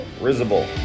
Risible